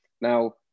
Now